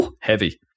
heavy